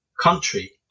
country